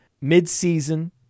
mid-season